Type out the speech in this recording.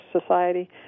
society